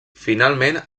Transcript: finalment